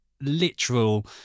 literal